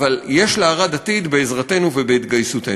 אבל יש לערד עתיד בעזרתנו ובהתגייסותנו.